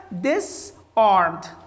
disarmed